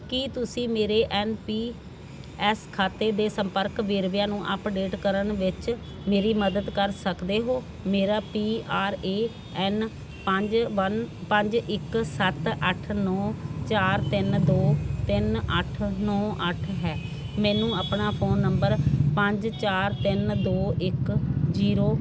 ਕੀ ਤੁਸੀਂ ਮੇਰੇ M P S ਖਾਤੇ ਦੇ ਸੰਪਰਕ ਵੇਰਵਿਆਂ ਨੂੰ ਅਪਡੇਟ ਕਰਨ ਵਿੱਚ ਮੇਰੀ ਮਦਦ ਕਰ ਸਕਦੇ ਹੋ ਮੇਰਾ ਪੀ ਆਰ ਏ ਐੱਨ ਪੰਜ ਵੰਨ ਪੰਜ ਇੱਕ ਸੱਤ ਅੱਠ ਨੌਂ ਚਾਰ ਤਿੰਨ ਦੋ ਤਿੰਨ ਅੱਠ ਨੌਂ ਅੱਠ ਹੈ ਮੈਨੂੰ ਆਪਣਾ ਫੋਨ ਨੰਬਰ ਪੰਜ ਚਾਰ ਤਿੰਨ ਦੋ ਇੱਕ ਜੀਰੋ